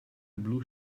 blue